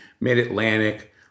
mid-Atlantic